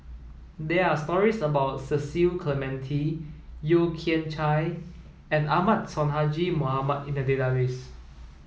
there are stories about Cecil Clementi Yeo Kian Chai and Ahmad Sonhadji Mohamad in the database